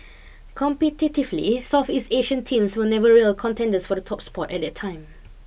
competitively Southeast Asian teams were never real contenders for the top spot at that time